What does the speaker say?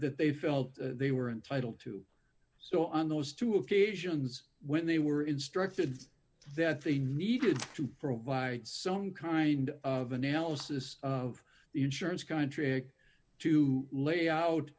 that they felt they were entitled to so on those two occasions when they were instructed that they needed to provide some kind of analysis of the insurance contract to lay out